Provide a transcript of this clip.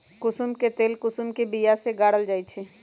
कुशुम के तेल कुशुम के बिया से गारल जाइ छइ